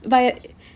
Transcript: but